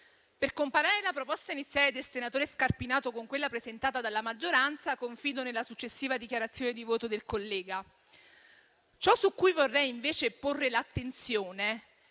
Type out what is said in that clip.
Per comparare la proposta iniziale del senatore Scarpinato con quella presentata dalla maggioranza, confido nella successiva dichiarazione di voto del collega. Ciò su cui vorrei invece porre l'attenzione